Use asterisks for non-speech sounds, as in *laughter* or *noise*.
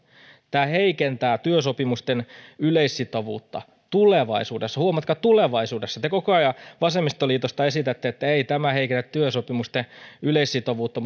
tämä heikentää työsopimusten yleissitovuutta tulevaisuudessa huomatkaa tulevaisuudessa te vasemmistoliitosta koko ajan esitätte että ei tämä heikennä työsopimusten yleissitovuutta *unintelligible*